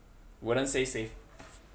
wouldn't say safe